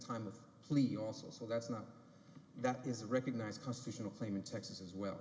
police also so that's not that is recognized constitutional claim in texas as well